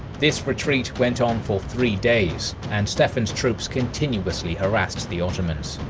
this retreat went on for three days, and stephen's troops continuously harassed the ottomans.